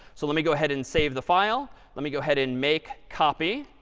so let me go ahead and save the file. let me go ahead and make copy.